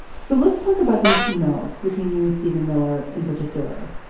so let's talk about these emails between you and steven miller in particular.